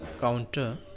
counter